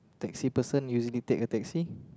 taxi person usually take a taxi